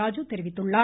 ராஜு தெரிவித்துள்ளார்